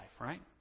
right